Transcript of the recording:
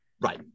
Right